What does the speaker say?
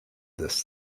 this